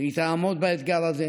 שהיא תעמוד באתגר הזה.